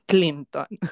Clinton